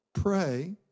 pray